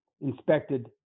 inspected